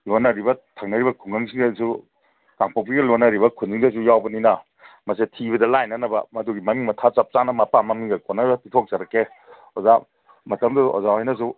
ꯂꯣꯟꯅꯔꯤꯕ ꯊꯪꯅꯔꯤꯕ ꯈꯨꯡꯒꯪꯁꯤꯡꯗꯁꯨ ꯀꯥꯡꯄꯣꯛꯄꯤꯒ ꯂꯣꯟꯅꯔꯤꯕ ꯈꯨꯟꯗꯨꯗꯁꯨ ꯌꯥꯎꯕꯅꯤꯅ ꯃꯁꯦ ꯊꯤꯕꯗ ꯂꯥꯏꯅꯅꯕ ꯃꯗꯨꯒꯤ ꯃꯃꯤꯡ ꯃꯊꯥ ꯆꯞꯆꯥꯅ ꯃꯄꯥ ꯃꯃꯤꯡꯒ ꯀꯣꯟꯅꯅ ꯄꯤꯊꯣꯛꯆꯔꯛꯀꯦ ꯑꯣꯖꯥ ꯃꯇꯝꯗꯨꯗ ꯑꯣꯖꯥ ꯍꯣꯏꯅꯁꯨ